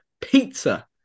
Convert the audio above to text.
pizza